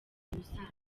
musanze